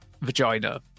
vagina